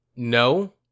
No